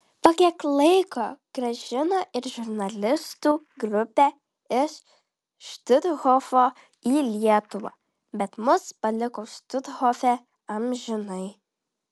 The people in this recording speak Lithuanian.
po kiek laiko grąžino ir žurnalistų grupę iš štuthofo į lietuvą bet mus paliko štuthofe amžinai